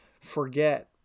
forget